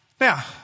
now